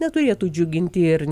neturėtų džiuginti ir